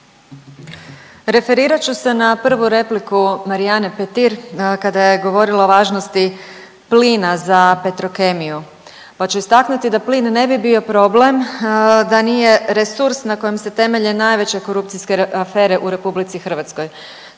Referirat ću se na prvu repliku Marijane Petir kada je govorila o važnosti plina za Petrokemiju, pa ću istaknuti da plin ne bi bio problem da nije resurs na kojem se temelje najveće korupcijske afere u RH.